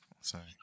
Sorry